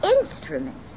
instruments